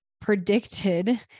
predicted